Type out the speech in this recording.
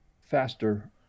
faster